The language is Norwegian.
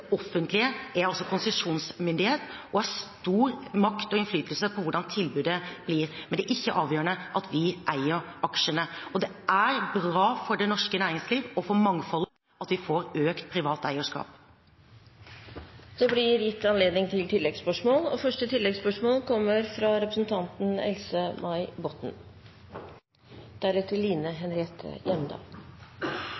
offentlige er altså konsesjonsmyndighet og har stor makt og innflytelse på hvordan tilbudet blir, men det er ikke avgjørende at vi eier aksjene, og det er bra for det norske næringsliv og for mangfoldet at vi får økt privat eierskap. Det blir gitt anledning til